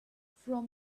from